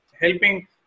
helping